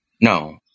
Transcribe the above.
No